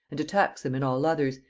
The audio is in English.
and to tax them in all others,